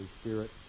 Spirit